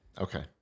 Okay